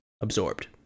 absorbed